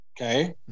Okay